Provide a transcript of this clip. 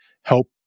help